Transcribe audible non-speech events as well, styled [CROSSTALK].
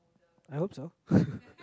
I hope so [BREATH]